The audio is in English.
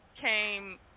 came